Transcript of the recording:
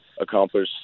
accomplish